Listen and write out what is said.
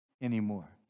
anymore